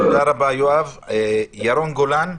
ירון גולן,